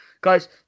Guys